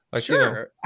Sure